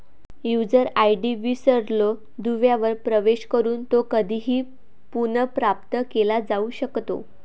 user ID विसरलो दुव्यावर प्रवेश करून तो कधीही पुनर्प्राप्त केला जाऊ शकतो